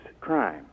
crime